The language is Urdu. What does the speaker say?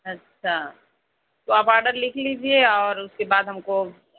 اچھا تو آپ آڈر لِکھ لیجئے اور اُس کے بعد ہم کو